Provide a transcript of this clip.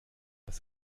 das